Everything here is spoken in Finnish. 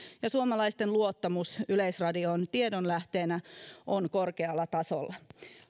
ja suomalaisten luottamus yleisradioon tiedonlähteenä on korkealla tasolla